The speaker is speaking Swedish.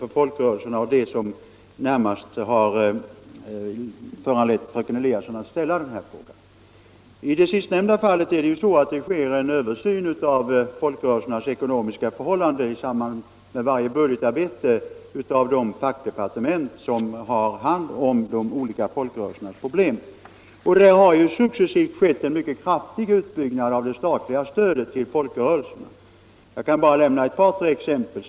Det var detta senare som närmast föranledde fröken Eliasson att ställa frågan. Det sker en översyn av folkrörelsernas ekonomiska förhållanden i samband med budgetarbetet på varje fackdepartement som har hand om de olika folkrörelsernas problem. Det har successivt skett en mycket kraftig utbyggnad av det statliga stödet till folkrörelserna. Jag kan nämna ett par tre exempel.